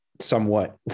somewhat